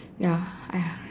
ya !aiya!